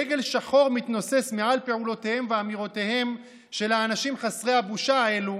דגל שחור מתנוסס מעל פעולותיהם ואמירותיהם של האנשים חסרי הבושה האלה,